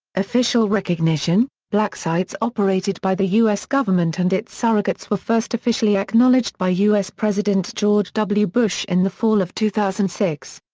official recognition black sites operated by the u s. government and its surrogates were first officially acknowledged by u s. president george w. bush in the fall of two thousand and six.